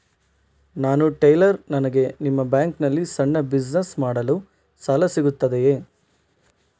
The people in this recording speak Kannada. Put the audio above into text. ನಾನು ಟೈಲರ್, ನನಗೆ ನಿಮ್ಮ ಬ್ಯಾಂಕ್ ನಲ್ಲಿ ಸಣ್ಣ ಬಿಸಿನೆಸ್ ಮಾಡಲು ಸಾಲ ಸಿಗುತ್ತದೆಯೇ?